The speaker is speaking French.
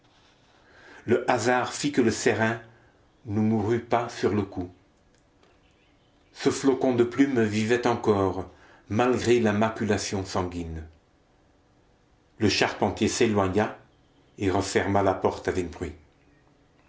le hasard fit que le serin ne mourut pas sur le coup ce flocon de plumes vivait encore malgré la maculation sanguine le charpentier s'éloigna et referma la porte avec bruit